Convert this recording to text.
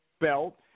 belt